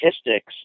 statistics